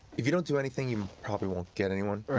if you don't do anything, you probably won't get anyone around,